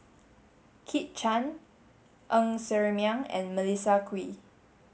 Kit Chan Ng Ser Miang and Melissa Kwee